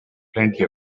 plenty